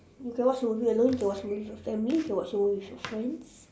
you can watch movie alone you can watch movie with family you can watch movie with your friends